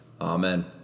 Amen